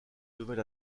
nouvel